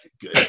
good